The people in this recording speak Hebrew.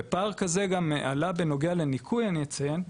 ופער כזה גם עלה בנוגע לניכוי אני אציין,